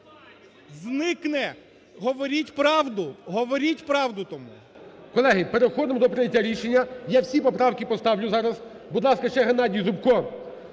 зникне. Говоріть правду! Говоріть правду тому. ГОЛОВУЮЧИЙ. Колеги, переходимо до прийняття рішення. Я всі поправки поставлю зараз. Будь ласка, ще Геннадію Зубко